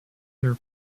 their